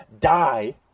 die